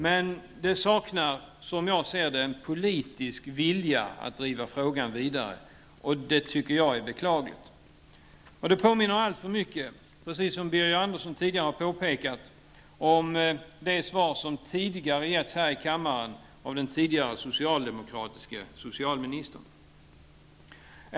Men det saknar, som jag ser det, en politisk vilja att driva frågan vidare. Det tycker jag är beklagligt. Svaret påminner alltför mycket, precis som Birger Andersson tidigare har påpekat, om det svar som tidigare har getts här i kammaren av den tidigare socialdemokratiska socialministern.